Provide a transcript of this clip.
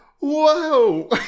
whoa